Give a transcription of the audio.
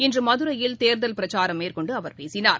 இன்றுமதுரையில் தேர்தல் பிரச்சாரம் மேற்கொண்டுஅவர் பேசினார்